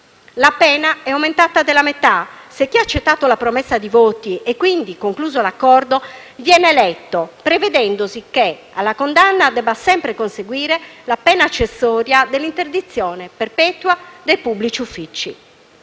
La pena è aumentata della metà se chi ha accettato la promessa di voti e, quindi, concluso l'accordo, viene eletto, prevedendosi che alla condanna debba sempre conseguire la pena accessoria dell'interdizione perpetua dai pubblici uffici.